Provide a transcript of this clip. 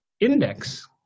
index